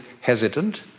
hesitant